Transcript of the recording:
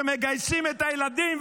שמגייסים את הילדים,